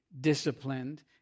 disciplined